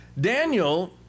Daniel